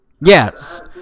Yes